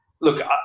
Look